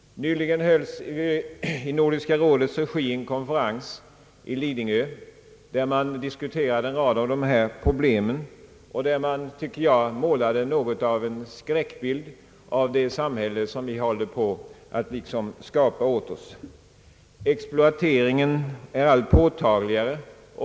Nyligen hölls i Nordiska rådets regi en konferens i Lidingö, där man diskuterade en rad av dessa problem och där man enligt min mening målade något av en skräckbild av det samhälle vi håller på att skapa åt oss. Exploateringen är allt påtagligare.